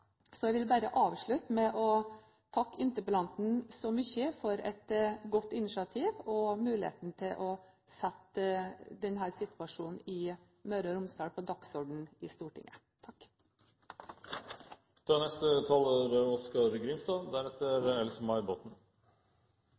Så jeg vil bare avslutte med å takke interpellanten så mye for et godt initiativ og muligheten til å sette denne situasjonen i Møre og Romsdal på dagsordenen i Stortinget. Behovet for infrastruktur og investeringar er